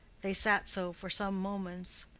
they sat so for some moments.